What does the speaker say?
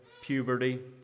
puberty